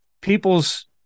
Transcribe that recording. people's